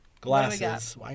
Glasses